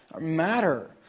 matter